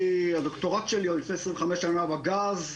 הדוקטורט שלי מלפני 25 שנה בגז,